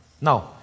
Now